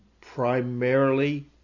primarily